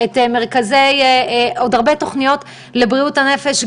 זה אחד התקציבים היותר משמעותיים שאני שמחה שהעברתי לשם.